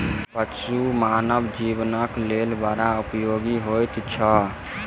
पशु मानव जीवनक लेल बड़ उपयोगी होइत छै